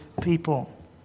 people